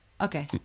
Okay